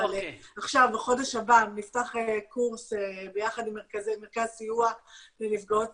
אבל עכשיו בחודש הבא נפתח קורס ביחד עם מרכז הסיוע לנפגעות